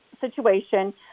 situation